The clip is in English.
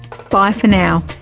bye for now